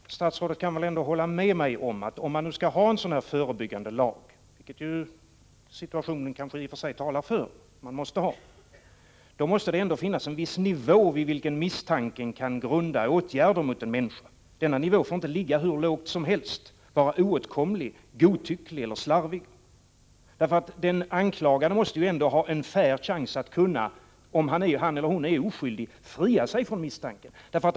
Herr talman! Statsrådet kan väl hålla med mig om att om man skall ha en sådan här förebyggande lag, vilket situationen i och för sig kanske talar för att man måste ha, så måste det väl ändå finnas en viss nivå där misstanken kan grunda åtgärder mot en människa. Denna nivå får inte ligga hur lågt som helst, vara oåtkomlig, godtycklig eller slarvig. Den anklagade måste ju ändå ha en fair chans att kunna, om han eller hon är oskyldig, fria sig från misstanken.